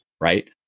right